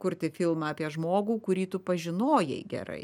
kurti filmą apie žmogų kurį tu pažinojai gerai